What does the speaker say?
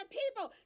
people